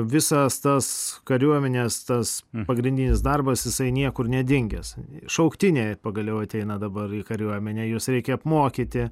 visas tas kariuomenės tas pagrindinis darbas jisai niekur nedingęs šauktiniai pagaliau ateina dabar į kariuomenę juos reikia apmokyti